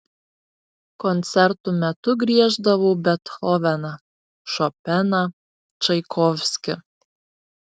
koncertų metu grieždavau bethoveną šopeną čaikovskį